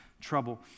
trouble